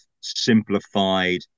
simplified